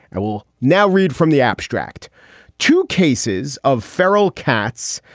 i will now read from the abstract two cases of feral cats.